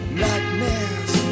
nightmares